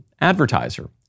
advertiser